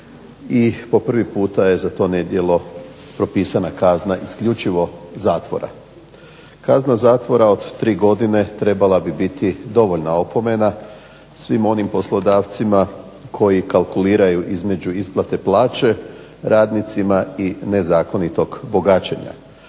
po prvi puta je za to nedjelo propisana kazna isključivo zatvora. Kazna zatvora od tri godine trebala bi biti dovoljna opomena svim onim poslodavcima koji kalkuliraju između isplate plaće radnicima i nezakonitog bogaćenja.